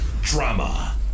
Drama